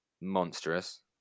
monstrous